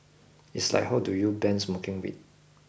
it's like how do you ban smoking weed